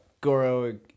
Goro